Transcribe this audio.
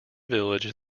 village